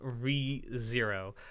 ReZero